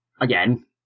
again